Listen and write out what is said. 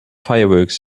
fireworks